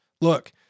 look